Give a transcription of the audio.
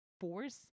force